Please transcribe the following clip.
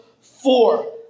Four